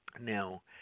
Now